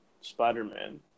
Spider-Man